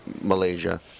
Malaysia